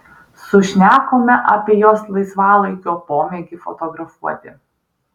sušnekome apie jos laisvalaikio pomėgį fotografuoti